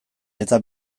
eta